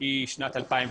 היא 2009,